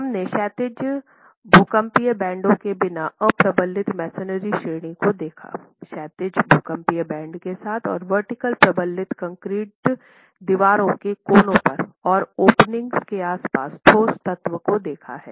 हमने क्षैतिज भूकंपीय बैंडों के बिना अप्रबलित मैसनरी श्रेणी को देखा क्षैतिज भूकंपी बैंड के साथ और वर्टिकल प्रबलित कंक्रीट दीवारों के कोनों पर और ओपनिंग्स के आसपास ठोस तत्व को देखा हैं